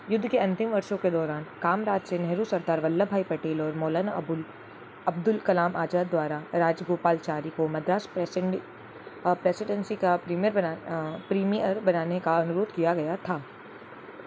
युद्ध के अंतिम वर्षों के दौरान कामराज से नेहरू सरदार वल्लभभाई पटेल और मौलाना अबुल अब्दुल कलाम आजाद द्वारा राजगोपालाचारी को मद्रास प्रेसनडी प्रेसीडेंसी का प्रीमियर प्रीमियर बनाने का अनुरोध किया गया था